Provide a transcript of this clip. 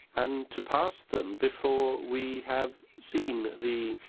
and to pass them before we have seen the